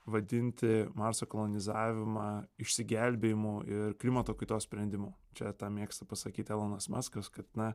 vadinti marso kolonizavimą išsigelbėjimu ir klimato kaitos sprendimu čia tą mėgsta pasakyti elonas maskas kad na